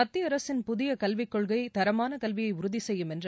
மத்திய அரசின் புதிய கல்விக் கொள்கை தரமான கல்வியை உறுதி செய்யும் என்று